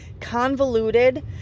convoluted